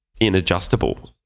inadjustable